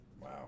Wow